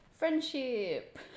Friendship